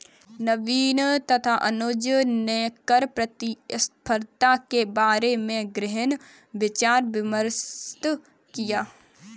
नवीन तथा अनुज ने कर प्रतिस्पर्धा के बारे में गहन विचार विमर्श किया